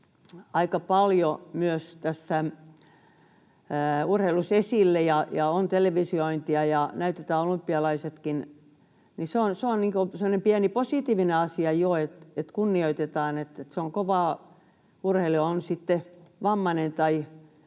aika paljon urheilussa esille ja on televisiointia ja näytetään olympialaisetkin. Se on semmoinen pieni positiivinen asia jo, että kunnioitetaan sitä, että se on kovaa urheilua, on sitten vammainen tai